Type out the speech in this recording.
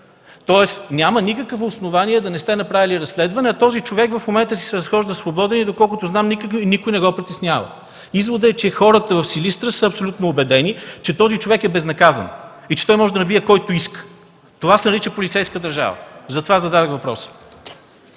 тоест няма никакво основание да не сте направили разследване. Този човек в момента си се разхожда свободен и доколкото знам, никой не го притеснява. Изводът – хората в Силистра са абсолютно убедени, че този човек е безнаказан и може да набие когото си иска. Това се нарича полицейска държава. Затова зададох въпроса.